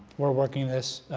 we're working this.